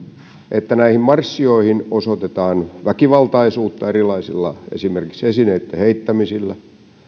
että näihin marssijoihin osoitetaan väkivaltaisuutta esimerkiksi erilaisilla esineitten heittämisillä